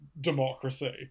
democracy